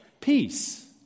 peace